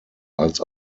als